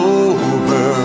over